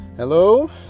Hello